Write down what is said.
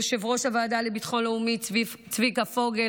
יושב-ראש הוועדה לביטחון לאומי צביקה פוגל,